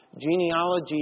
genealogy